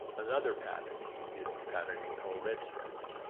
another pattern is the pattern we call red stripe.